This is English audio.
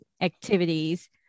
activities